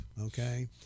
okay